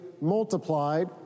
multiplied